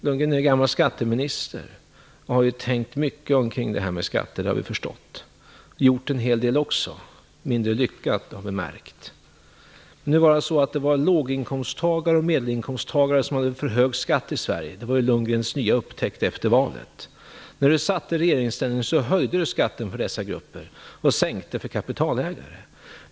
Lundgren är f.d. skatteminister och har tänkt mycket kring detta med skatter, har vi förstått. Han har gjort en del också, mindre lyckat, har vi märkt. Sverige hade för hög skatt var Lundgrens nya upptäckt efter valet. När han satt i regeringsställning, höjde han skatten för dessa grupper och sänkte skatten för kapitalägare.